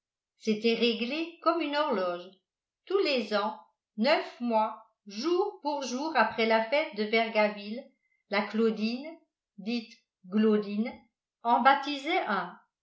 c'était réglé comme une horloge tous les ans neuf mois jour pour jour après la fête de vergaville la claudine dite glaudine en baptisait